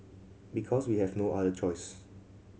because we have no other choice